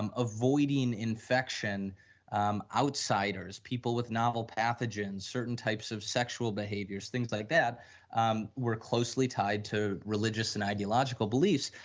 um avoiding infection um outsiders, people with now pathogens, certain types of sexual behaviors, things like that um were closely tied to religious and ideologically believes.